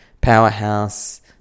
Powerhouse